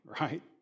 right